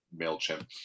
MailChimp